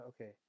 okay